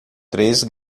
três